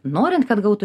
norint kad gautų